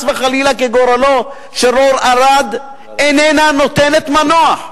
וחלילה כגורלו של רון ארד איננה נותנת מנוח.